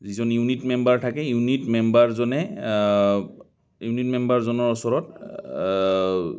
যিজন unit member থাকে unit মেম্বাৰজনে ইউনিট মেম্বাৰজনৰ ওচৰত